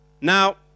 Now